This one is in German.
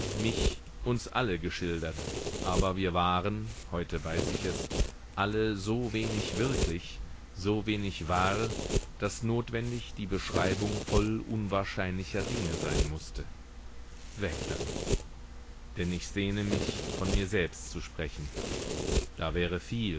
mich uns alle geschildert aber wir waren heute weiß ich es alle so wenig wirklich so wenig wahr daß notwendig die beschreibung voll unwahrscheinlicher dinge sein mußte weg damit denn ich sehne mich von mir selbst zu sprechen da wäre viel